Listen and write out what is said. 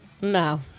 No